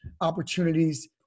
opportunities